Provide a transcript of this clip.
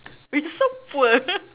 we so poor